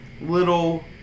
little